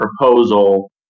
proposal